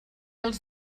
els